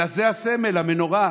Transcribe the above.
אלא זה הסמל: המנורה.